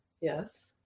Yes